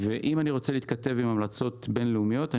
אם אני רוצה להתכתב עם המלצות בין-לאומיות,